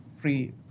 free